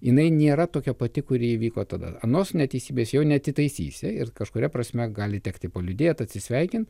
jinai nėra tokia pati kuri įvyko tada anos neteisybės jau neatitaisysi ir kažkuria prasme gali tekti palydėt atsisveikint